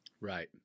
Right